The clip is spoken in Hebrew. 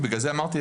בגלל זה אמרתי,